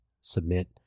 submit